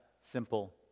simple